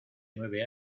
nueve